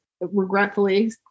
Regretfully